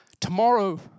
tomorrow